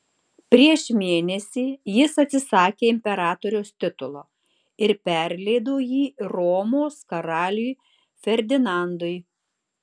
prieš mėnesį jis atsisakė imperatoriaus titulo ir perleido jį romos karaliui ferdinandui